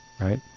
right